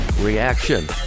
reaction